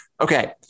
Okay